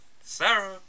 Sarah